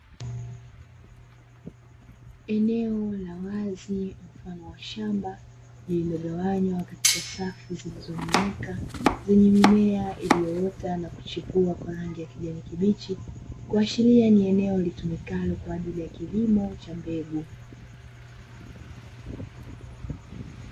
Eneo la wazi mfano wa shamba lililogawanywa katika safu zilizonyooka zenye mimea iliyoota na kuchipua kwa rangi ya kijani kibichi, kuashiria ni eneo linalotumika kwa ajili ya kilimo cha mbegu.